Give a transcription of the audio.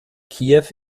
kiew